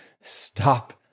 Stop